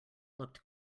looked